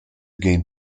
gain